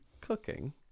cooking